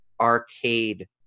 arcade